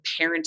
parenting